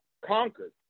conquered